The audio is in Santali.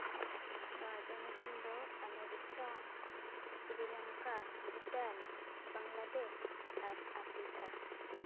ᱨᱟᱡᱡᱚ ᱧᱩᱛᱩᱢ ᱫᱚ ᱟᱢᱮᱨᱤᱠᱟ ᱥᱨᱤᱞᱚᱝᱠᱟ ᱵᱷᱩᱴᱟᱱ ᱵᱟᱝᱞᱟᱫᱮᱥ ᱟᱨ ᱟᱯᱷᱨᱤᱠᱟ